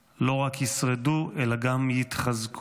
לא רק ישרדו אלא גם יתחזקו,